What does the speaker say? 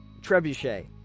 Trebuchet